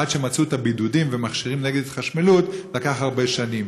ועד שמצאו את הבידוד ומכשירים נגד התחשמלות עברו הרבה שנים.